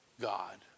God